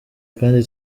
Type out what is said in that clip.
kandi